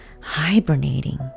hibernating